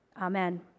Amen